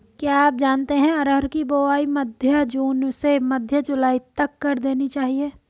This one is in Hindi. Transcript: क्या आप जानते है अरहर की बोआई मध्य जून से मध्य जुलाई तक कर देनी चाहिये?